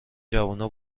جوونا